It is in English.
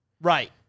Right